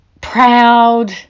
proud